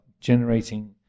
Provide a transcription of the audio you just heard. generating